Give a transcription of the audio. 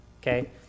okay